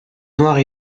noire